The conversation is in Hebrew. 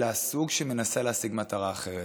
אלא הסוג שמנסה להשיג מטרה אחרת,